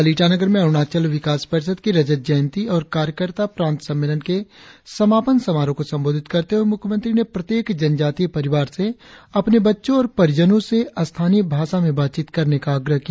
कल ईटानगर में अरुणाचल विकास परिषद की रजत जयंती और कार्यकर्ता प्रांत सम्मेलन के समापन समारोह को संबोधित करते हुए मुख्यमंत्री ने प्रत्येक जनजातीय परिवार से अपने बच्चों और परिजनों से स्थानीय भाषा में बातचीत करने का आग्रह किया